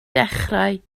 dechrau